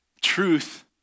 Truth